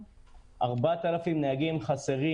4,000 נהגים חסרים.